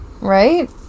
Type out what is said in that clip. Right